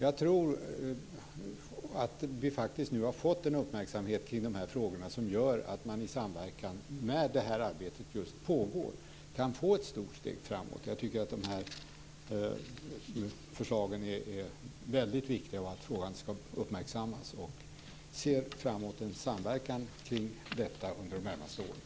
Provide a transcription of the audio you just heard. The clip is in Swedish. Jag tror att vi faktiskt nu har fått en uppmärksamhet kring de här frågorna som gör att man i samverkan, när det här arbetet pågår, kan få ett stort steg framåt. Jag tycker att de här förslagen är väldigt viktiga och att frågan ska uppmärksammas. Jag ser fram emot en samverkan kring detta under de närmaste åren.